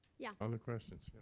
yeah? other questions? yeah,